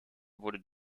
wird